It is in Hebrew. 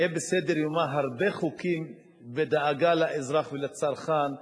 יהיו בסדר-יומה הרבה חוקים שמקורם בדאגה לאזרח ולצרכן.